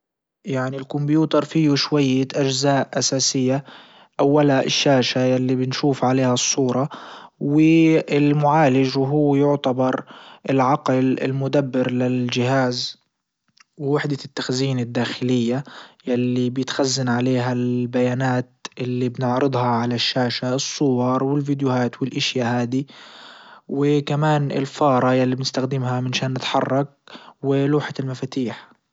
يعني الكمبيوتر فيو شوية اجزاء اساسية اولها الشاشة يلي بنشوف عليها الصورة والمعالج وهو يعتبر العقل المدبر للجهاز ووحدة التخزين الداخلية يلي بيتخزن عليها البيانات اللي بنعرضها على الشاشة الصور والفيديوهات والاشياء هادي وكمان الفارة يلي بنستخدمها منشان نتحرك. ولوحة المفاتيح.